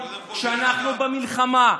כשאנחנו במלחמה.